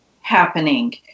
happening